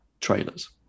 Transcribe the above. trailers